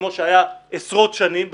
כמו שהיה עשרות שנים,